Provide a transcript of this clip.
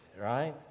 right